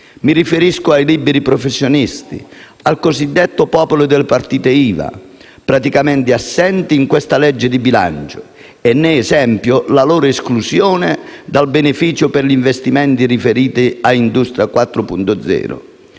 Mi riferisco ai liberi professionisti, al cosiddetto popolo delle partite IVA, praticamente assenti in questo disegno di legge di bilancio; e ne è esempio la loro esclusione dal beneficio per gli investimenti riferiti a Industria 4.0.